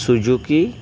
Suzuki